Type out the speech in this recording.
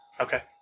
Okay